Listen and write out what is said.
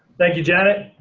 thank you, janet.